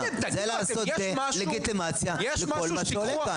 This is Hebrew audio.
זה לעשות דה לגיטימציה לכל מה שעולה כאן.